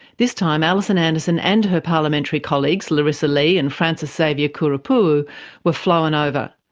this time alison anderson and her parliamentary colleagues larisa lee and francis xavier kurrupuwu were flown over.